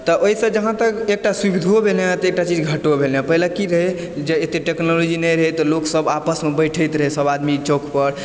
तऽ ओहिसँ जहाँ तक एकटा सुविधो भेलै हँ तऽ एकटा चीज घटो भेलै हँ पहिले कि रहै जे एते टेक्नोलॉजी नहि रहै तऽ लोक सब आपसमे बैठैत रहै सब आदमी चौक पर